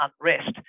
unrest